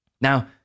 Now